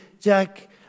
Jack